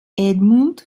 edmund